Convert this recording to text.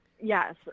Yes